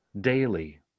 daily